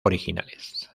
originales